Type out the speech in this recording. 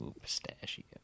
Pistachio